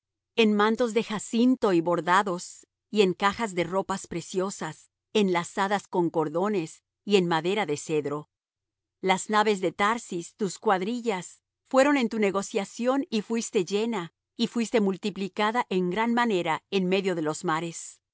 en mantos de jacinto y bordados y en cajas de ropas preciosas enlazadas con cordones y en madera de cedro las naves de tarsis tus cuadrillas fueron en tu negociación y fuiste llena y fuiste multiplicada en gran manera en medio de los mares en